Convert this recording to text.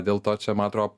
dėl to čia man atrodo